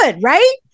right